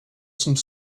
some